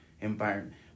environment